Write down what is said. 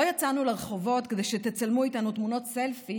לא יצאנו לרחובות כדי שתצלמו איתנו תמונות סלפי